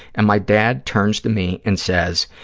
and my dad turns to me and says,